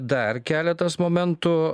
dar keletas momentų